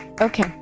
okay